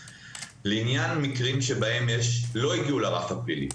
לעניין מקרים שלא הגיעו לערכאה פלילית,